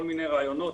כל מיני רעיונות,